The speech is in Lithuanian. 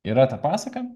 yra ta pasaka